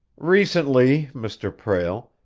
recently, mr. prale,